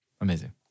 Amazing